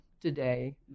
today